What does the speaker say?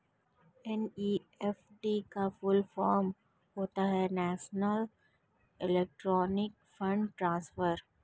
NEFT का full form होता है नेशनल इलेक्ट्रॉनिक्स फण्ड ट्रांसफर